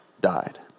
died